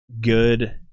good